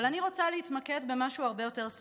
אבל אני רוצה להתמקד במשהו הרבה יותר ספציפי.